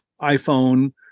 iPhone